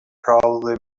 probably